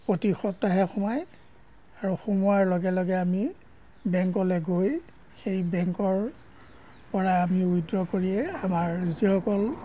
প্ৰতি সপ্তাহে সোমায় আৰু সোমোৱাৰ লগে লগে আমি বেংকলৈ গৈ সেই বেংকৰ পৰা আমি উইদ্ৰ কৰিয়েই আমাৰ যিসকল